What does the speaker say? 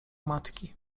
matki